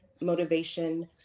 motivation